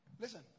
Listen